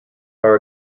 are